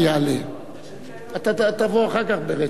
הצביעו בעד,